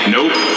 Nope